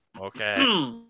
Okay